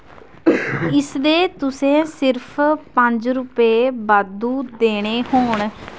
इसदे तुसें सिर्फ पंज रपेऽ बाद्धू देने होन